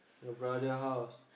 your brother house